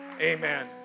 Amen